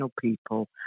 people